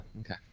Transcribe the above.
okay